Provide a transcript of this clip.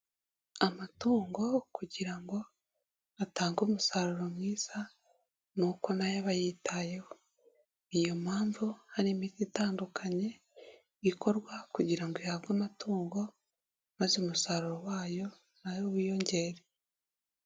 Amatungo kugira ngo atange umusaruro mwiza, ni uko na yo aba yitaweho. Ni iyo mpamvu hari imiti itandukanye, ikorwa kugira ngo ihabwe umutungo maze umusaruro wayo na yo wiyongere.